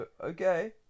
okay